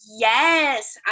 Yes